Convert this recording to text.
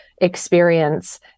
experience